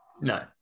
No